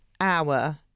hour